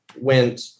went